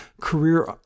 career